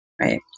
right